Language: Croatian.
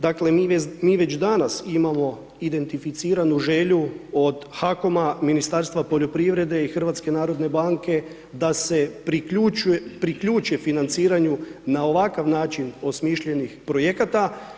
Dakle mi već danas imamo identificiranu želju od HAKOM-a, Ministarstva poljoprivrede i HNB-a da se priključe financiranju na ovakav način osmišljenih projekata.